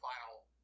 final